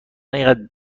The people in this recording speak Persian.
اینقد